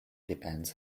depends